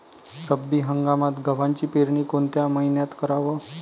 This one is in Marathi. रब्बी हंगामात गव्हाची पेरनी कोनत्या मईन्यात कराव?